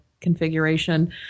configuration